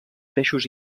peixos